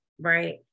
Right